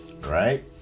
right